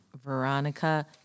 Veronica